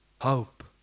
hope